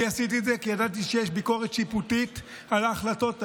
אני עשיתי את זה כי ידעתי שיש ביקורת שיפוטית על ההחלטות האלה,